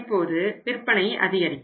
இப்போது விற்பனை அதிகரிக்கும்